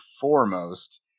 foremost